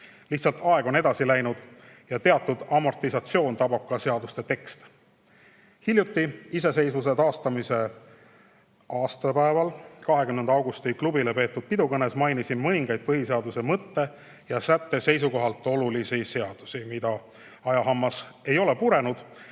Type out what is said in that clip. Lihtsalt aeg on edasi läinud ja teatud amortisatsioon tabab ka seaduste tekste. Hiljuti, iseseisvuse taastamise aastapäeval 20. Augusti Klubile peetud pidukõnes mainisin mõningaid põhiseaduse mõtte ja sätte seisukohalt olulisi seadusi, mida ajahammas ei ole purenud,